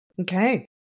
Okay